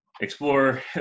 Explore